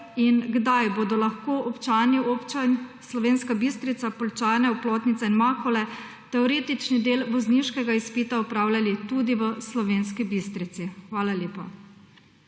in kdaj bodo lahko občani občin Slovenska Bistrica, Poljčane, Oplotnica in Makole teoretični del vozniškega izpita opravljali tudi v Slovenski Bistrici? Hvala lepa.